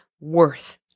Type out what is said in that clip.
worth